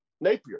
Napier